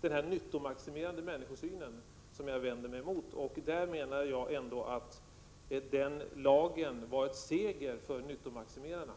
den nyttomaximerande människosynen, som jag vänder mig emot. Jag menar ändå att lagen var en seger för nyttomaximerarna.